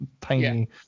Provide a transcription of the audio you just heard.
tiny